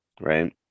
right